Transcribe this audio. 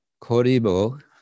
Koribo